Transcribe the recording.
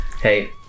Hey